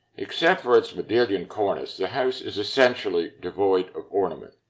except for its modillion cornice, the house is essentially devoid of ornament.